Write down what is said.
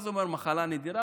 מה זה אומר, מחלה נדירה?